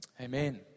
amen